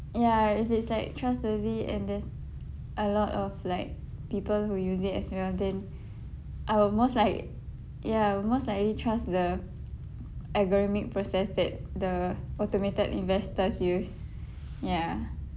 ya if it's like trustworthy and there's a lot of like people who use it as well then I will most like~ ya will most likely trust the algorithmic process that the automated investors use ya